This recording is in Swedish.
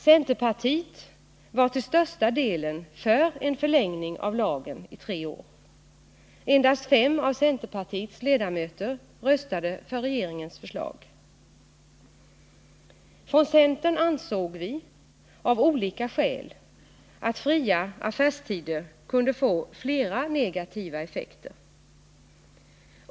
Centerpartiet var till största delen för en förlängning av lagen i tre år. Endast fem av centerpartiets ledamöter röstade för regeringens förslag. Inom centern ansåg vi av olika skäl att fria affärstider kunde få flera negativa effekter.